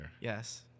Yes